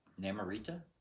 Namorita